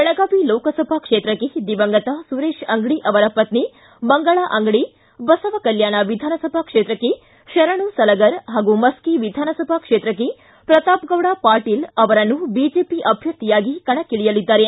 ಬೆಳಗಾವಿ ಲೋಕಸಭಾ ಕ್ಷೇತ್ರಕ್ಕೆ ದಿವಂಗತ ಸುರೇತ ಅಂಗಡಿ ಅವರ ಪತ್ನಿ ಮಂಗಳಾ ಅಂಗಡಿ ಬಸವಕಲ್ಯಾಣ ವಿಧಾನಸಭಾ ಕ್ಷೇತ್ರಕ್ಕೆ ಶರಣು ಸಲಗರ ಹಾಗೂ ಮಸ್ಕಿ ವಿಧಾನಸಭಾ ಕ್ಷೇತ್ರಕ್ಕೆ ಪ್ರತಾಪ್ಗೌಡ ಪಾಟೀಲ್ ಅವರು ಬಿಜೆಪಿ ಅಭ್ಯರ್ಥಿಯಾಗಿ ಕಣಕ್ಕಿಳಿಯಲಿದ್ದಾರೆ